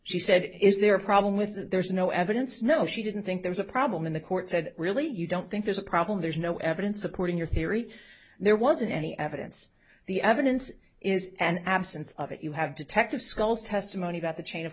she said is there a problem with that there's no evidence no she didn't think there's a problem in the court said really you don't think there's a problem there's no evidence supporting your theory there wasn't any evidence the evidence is an absence of it you have detective sculls testimony about the chain of